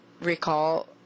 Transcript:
recall